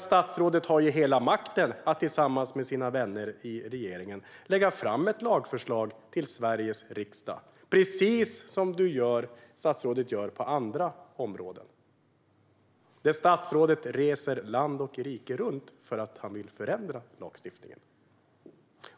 Statsrådet har hela makten att tillsammans med sina vänner i regeringen lägga fram ett lagförslag till Sveriges riksdag, precis som statsrådet gör på andra områden där statsrådet reser land och rike runt för att han vill förändra lagstiftningen.